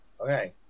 Okay